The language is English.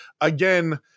again